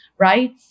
Right